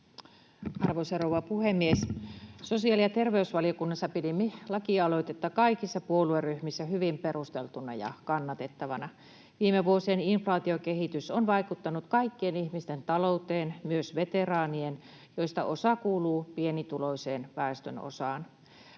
Arvoisa rouva puhemies! Sosiaali- ja terveysvaliokunnassa pidimme lakialoitetta kaikissa puolueryhmissä hyvin perusteltuna ja kannatettavana. Viime vuosien inflaatiokehitys on vaikuttanut kaikkien ihmisten talouteen, myös veteraanien, joista osa kuuluu pienituloiseen väestönosaan.